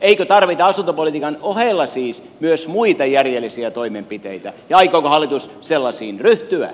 eikö tarvita asuntopolitiikan ohella siis myös muita järjellisiä toimenpiteitä ja aikooko hallitus sellaisiin ryhtyä